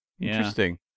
Interesting